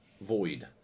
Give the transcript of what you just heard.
Void